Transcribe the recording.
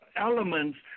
elements